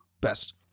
best